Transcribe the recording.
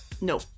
no